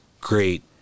great